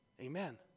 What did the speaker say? Amen